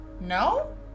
no